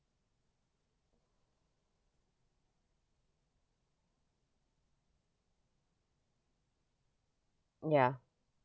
ya